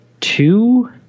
two